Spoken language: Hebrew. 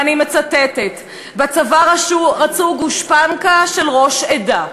ואני מצטטת: בצבא "רצו גושפנקה של ראש עדה,